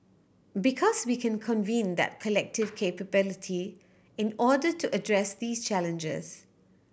because we can convene that collective capability in order to address these challenges